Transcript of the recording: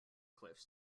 cliffs